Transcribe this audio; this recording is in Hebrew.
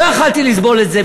לא יכולתי לסבול את זה,